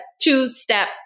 two-step